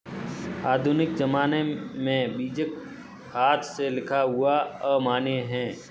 आधुनिक ज़माने में बीजक हाथ से लिखा हुआ अमान्य है